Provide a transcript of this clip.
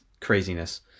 craziness